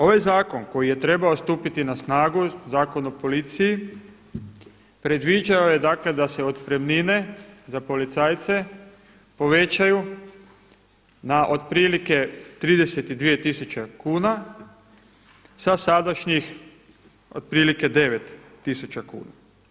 Ovaj zakon koji je trebao stupiti na snagu, Zakon o policiji predviđao je dakle da se otpremnine za policajce povećaju na otprilike 32 tisuće kuna sa sadašnjih otprilike 9 tisuća kuna.